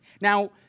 Now